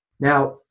Now